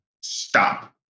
stop